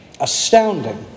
astounding